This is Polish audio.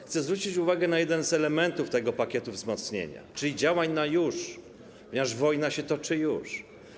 Chcę zwrócić uwagę na jeden z elementów tego pakietu wzmocnienia, czyli działań na już, ponieważ wojna się toczy już.